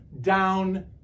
down